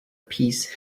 peace